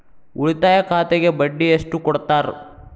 ಉಳಿತಾಯ ಖಾತೆಗೆ ಬಡ್ಡಿ ಎಷ್ಟು ಕೊಡ್ತಾರ?